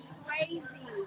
crazy